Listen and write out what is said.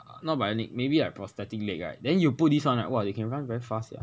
uh not bionic maybe like prosthetic leg right then you put this one right !wah! they can run very fast sia